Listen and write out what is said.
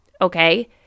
okay